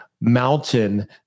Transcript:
mountain